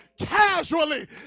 casually